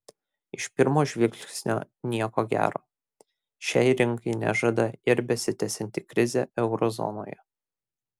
iš pirmo žvilgsnio nieko gero šiai rinkai nežada ir besitęsianti krizė euro zonoje